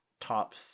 top